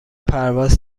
پرواز